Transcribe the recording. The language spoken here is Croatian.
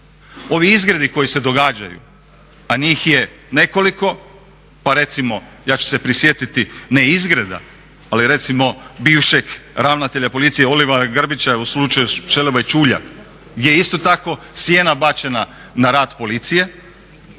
Ovi izgredi koji se događaju a njih je nekoliko. Pa recimo, ja ću se prisjetiti ne izgreda ali recimo bivšeg ravnatelja policije Olivera Grbića u slučaju Šelebaj-Čuljak gdje je isto tako sjena bačena na rad policije